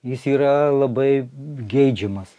jis yra labai geidžiamas